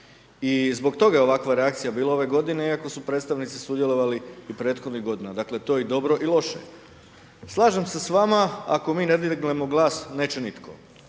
I zbog toga je ovakva reakcija bila ove godine, iako su predstavnici sudjelovali i prethodnih godina, dakle, to je i dobro, i loše. Slažem se s vama, ako mi ne dignemo glas, neće nitko.